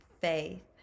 faith